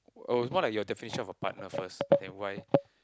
oh what are your definitions for partner first and why